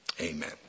Amen